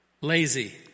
lazy